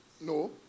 No